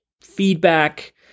feedback